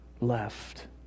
left